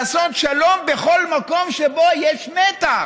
לעשות שלום בכל מקום שבו יש מתח,